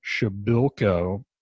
Shabilko